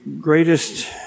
greatest